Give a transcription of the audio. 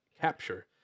capture